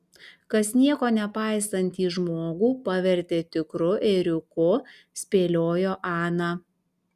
kas nieko nepaisantį žmogų pavertė tikru ėriuku spėliojo ana